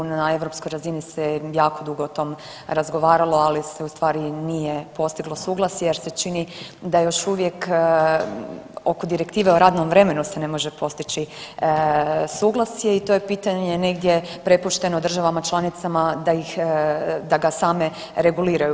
Na europskoj razini se jako dugo o tom razgovaralo, ali se ustvari nije postiglo suglasje jer se čini da još uvijek oko direktive o radnom vremenu se ne može postići suglasje i to je pitanje negdje prepušteno državama članicama da ga same reguliraju.